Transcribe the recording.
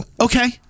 Okay